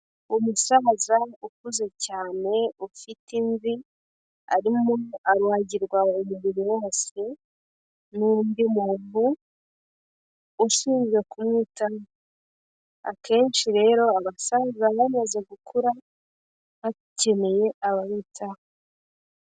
Umusaza ukuze cyane ufite imvi, arimo aruhagirwa umubiri wose n'undi muntu ushinzwe kumwitaho. Akenshi rero abasaza bamaze gukura bakeneye ababitaho.